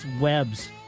webs